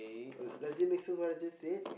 does it make sense what I just said